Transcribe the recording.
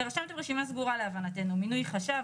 רשמתם רשימה סגורה להבנתנו: מינוי חשב,